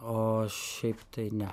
o šiaip tai ne